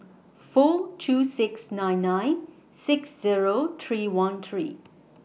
four two six nine nine six Zero three one three